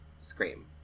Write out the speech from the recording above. Scream